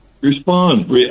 respond